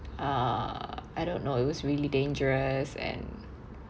err I don't know it was really dangerous and